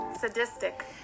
Sadistic